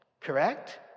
Correct